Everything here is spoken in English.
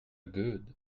good